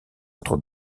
entre